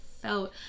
felt